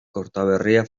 kortaberria